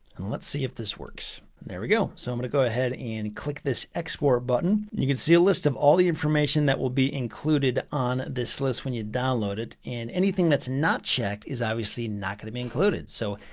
and let's see if this works. there we go. so i'm going to go ahead and click this export button. you can see a list of all the information that will be included on this list when you download it. and anything that's not checked is obviously not going to be included. so,